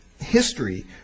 history